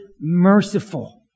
merciful